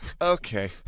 Okay